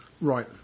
Right